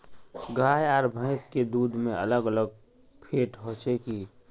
गाय आर भैंस के दूध में अलग अलग फेट होचे की?